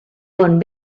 bon